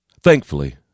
Thankfully